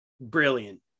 brilliant